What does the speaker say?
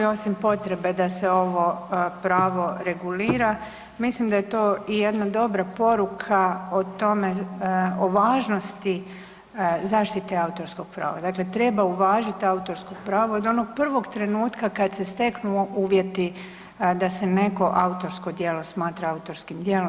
Osim potrebe da se ovo pravo regulira mislim da je to i jedna dobra poruka o tome, o važnosti zaštite autorskog prava, dakle treba uvažit autorsko pravo od onog prvog trenutka kad se steknu uvjeti da se neko autorsko djelo smatra autorskim dijelom.